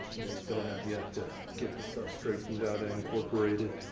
and we still have yet to get the stuff straightened out and incorporated.